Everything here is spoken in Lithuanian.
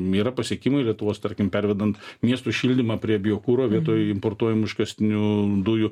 yra pasiekimai lietuvos tarkim pervedant miestų šildymą prie biokuro vietoj importuojamų iškastinių dujų